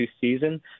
season